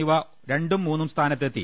എന്നിവ രണ്ടും മൂന്നും സ്ഥാനത്തെത്തി